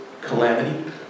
calamity